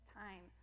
time